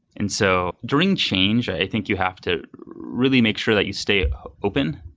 and so, during change, i think you have to really make sure that you stay ah open.